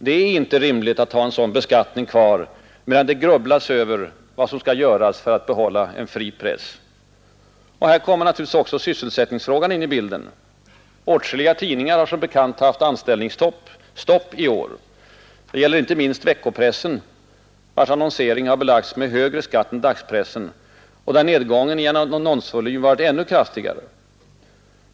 Det är inte rimligt att ha en sådan beskattning kvar medan det grubblas över vad som skall göras för att behålla en fri press. Här kommer naturligtvis också sysselsättningsfrågan in i bilden. Åtskilliga tidningar har som bekant haft anställningsstopp i år. Det gäller inte minst veckopressen, vars annonsering har belagts med högre skatt än dagspressens och där nedgången i annonsvolym varit ännu kraftigare.